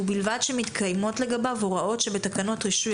ובלבד שמתקיימות לגביו ההוראות שבתקנות רישוי